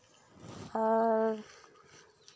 ᱟᱨ